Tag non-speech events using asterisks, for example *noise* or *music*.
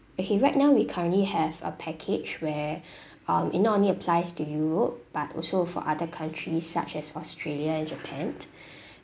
okay right now we currently have a package where *breath* um it not only applies to europe but also for other countries such as australia and japan *breath*